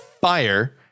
fire